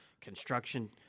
construction